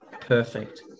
perfect